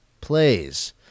Plays